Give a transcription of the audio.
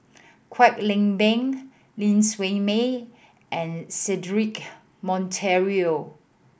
Kwek Leng Beng Ling Siew May and Cedric Monteiro